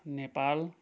Nepal